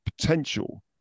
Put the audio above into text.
potential